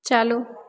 चालू